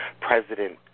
president